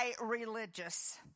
religious